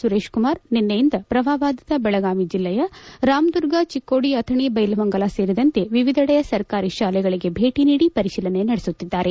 ಸುರೇಶಕುಮಾರ್ ನಿನ್ನೆಯಿಂದ ಪ್ರವಾಹ ಬಾಧಿತ ಬೆಳಗಾವಿ ಜಿಲ್ಲೆಯ ರಾಮದುರ್ಗ ಚಿಕ್ಕೋಡಿ ಅಥಣಿ ದೈಲಹೊಂಗಲ ಸೇರಿದಂತೆ ವಿವಿಧೆಡೆಯ ಸರ್ಕಾರಿ ಶಾಲೆಗಳಿಗೆ ಭೇಟಿ ನೀಡಿ ಪರಿಶೀಲನೆ ನಡೆಸುತ್ತಿದ್ದಾರೆ